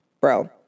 bro